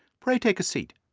pray take a seat.